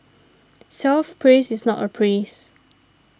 self praise is not a praise